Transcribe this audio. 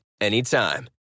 anytime